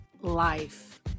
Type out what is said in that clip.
life